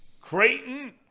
Creighton